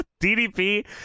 DDP